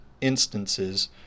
instances